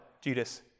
Judas